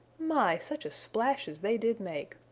my such a splash as they did make!